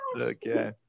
okay